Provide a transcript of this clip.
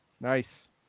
Nice